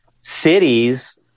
cities